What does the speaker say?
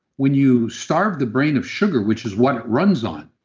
when you starve the brain of sugar which is what runs on,